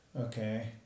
Okay